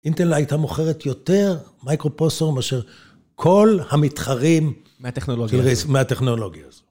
אינטל הייתה מוכרת יותר מייקרופוסטור מאשר כל המתחרים מהטכנולוגיה הזו, מהטכנולוגיה הזאת